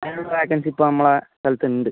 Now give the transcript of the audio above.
അതിനുള്ള വേക്കൻസിപ്പം നമ്മൾ സ്ഥലത്തുണ്ട്